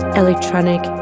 electronic